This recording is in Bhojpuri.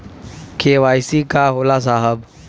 के.वाइ.सी का होला साहब?